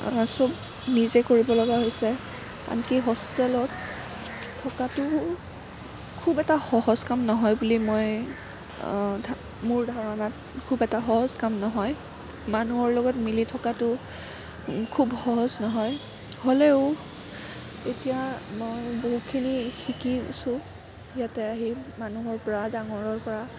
চব নিজে কৰিবলগা হৈছে আনকি হোষ্টেলত থকাটোও খুব এটা সহজ কাম নহয় বুলি মই থা মোৰ ধাৰণাত খুব এটা সহজ কাম নহয় মানুহৰ লগত মিলি থকাতো খুব সহজ নহয় হ'লেও এতিয়া মই বহুতখিনি শিকিছোঁ ইয়াতে আহি মানুহৰ পৰা ডাঙৰৰ পৰা